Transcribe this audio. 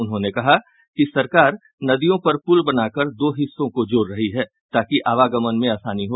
उन्होंने कहा कि राज्य सरकार नदियों पर पुल बना कर दो हिस्सों को जोड़ रही है ताकि आवागमन में आसानी हो